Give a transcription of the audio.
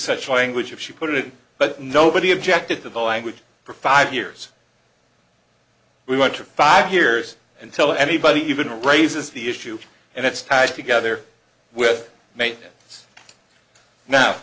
such language if she put it but nobody objected to the language for five years we want to five years and tell anybody even raises the issue and it's tied together